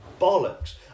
bollocks